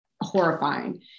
horrifying